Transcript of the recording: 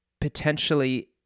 potentially